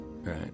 Right